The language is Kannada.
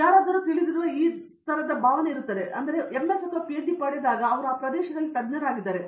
ಯಾರಾದರೂ ನಿಮಗೆ ತಿಳಿದಿರುವ ಈ ಭಾವನೆ ಯಾವಾಗಲೂ ಇರುತ್ತದೆ MS ಅಥವಾ PhD ಪದವಿ ಅವರು ಆ ಪ್ರದೇಶದಲ್ಲಿ ಈಗ ತಜ್ಞರಾಗಿದ್ದಾರೆ